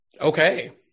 Okay